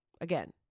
Again